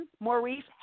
Maurice